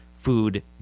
food